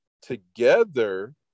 together